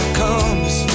comes